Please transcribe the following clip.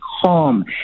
calm